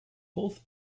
both